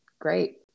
Great